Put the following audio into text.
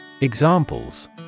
Examples